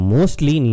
Mostly